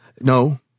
No